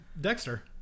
Dexter